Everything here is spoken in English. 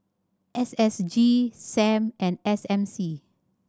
S S G Sam and S M C